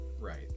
Right